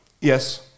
yes